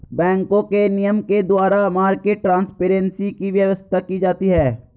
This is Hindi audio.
बैंकों के नियम के द्वारा मार्केट ट्रांसपेरेंसी की व्यवस्था की जाती है